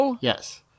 Yes